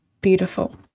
Beautiful